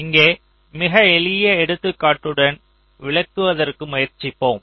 இங்கே மிக எளிய எடுத்துக்காட்டுடன் விளக்குவதற்கு முயற்சிப்போம்